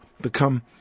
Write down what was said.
become